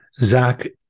Zach